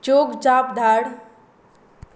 joke जाप धाड